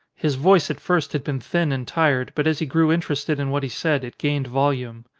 his voice at first had been thin and tired, but as he grew interested in what he said it gained volume.